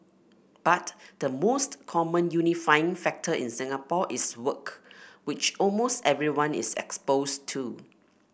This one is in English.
but the most common unifying factor in Singapore is work which almost everyone is exposed to